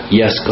yes